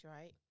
right